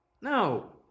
No